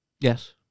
Yes